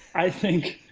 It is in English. i think.